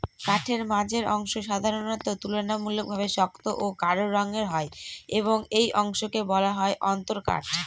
কাঠের মাঝের অংশ সাধারণত তুলনামূলকভাবে শক্ত ও গাঢ় রঙের হয় এবং এই অংশকে বলা হয় অন্তরকাঠ